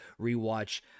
rewatch